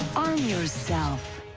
arm yourself.